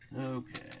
Okay